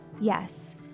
yes